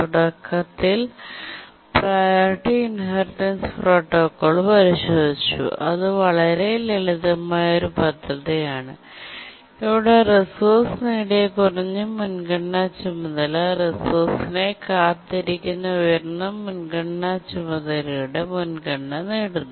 തുടക്കത്തിൽ priority inheritance protocol പരിശോധിച്ചു അത് വളരെ ലളിതമായ ഒരു പദ്ധതിയാണ് ഇവിടെ റിസോഴ്സ് നേടിയ കുറഞ്ഞ മുൻഗണനാ ചുമതല റിസോഴ്സിനായി കാത്തിരിക്കുന്ന ഉയർന്ന മുൻഗണനാ ചുമതലയുടെ മുൻഗണന നേടുന്നു